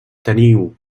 teniu